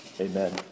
Amen